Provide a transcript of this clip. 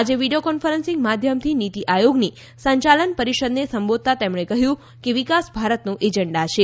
આજે video conferencing માધ્યમથી નીતી આયોગની સંયાલન પરીષદને સંબોધતા તેમણે કહ્યું કે વિકાસ ભારતનો એજન્ડા છે